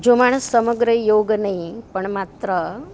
જો માણસ સમગ્ર યોગ નહીં પણ માત્ર